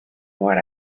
what